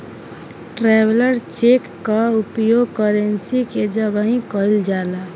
traveller cheque कअ उपयोग currency के जगही कईल जाला